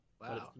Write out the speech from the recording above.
Wow